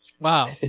Wow